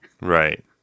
right